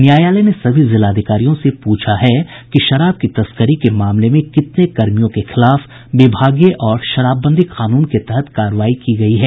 न्यायालय ने सभी जिलाधिकारियों से पूछा है कि शराब की तस्करी के मामले में कितने कर्मियों के खिलाफ विभागीय और शराबबंदी कानून के तहत कार्रवाई की गयी है